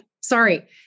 Sorry